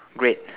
great